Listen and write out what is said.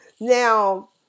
Now